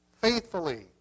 faithfully